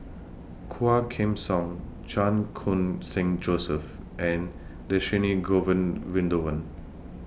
Quah Kim Song Chan Khun Sing Joseph and Dhershini Govin window when